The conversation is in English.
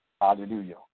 Hallelujah